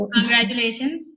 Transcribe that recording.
Congratulations